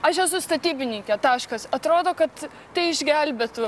aš esu statybininkė taškas atrodo kad tai išgelbėtų